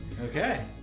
Okay